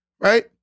Right